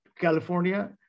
California